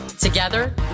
Together